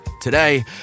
Today